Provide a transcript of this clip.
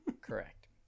correct